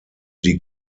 die